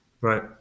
Right